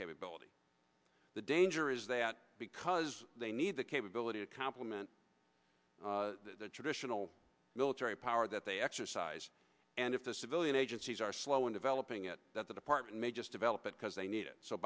capability the danger is that because they need the capability to complement the traditional military power that they exercise and if the civilian agencies are slow in developing it that the department may just develop it because they need it so